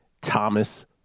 Thomas